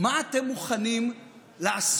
מה אתם מוכנים לעשות